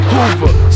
Hoover